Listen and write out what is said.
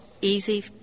easy –